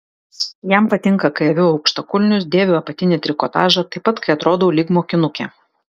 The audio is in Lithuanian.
jam patinka kai aviu aukštakulnius dėviu apatinį trikotažą taip pat kai atrodau lyg mokinukė